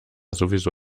sowieso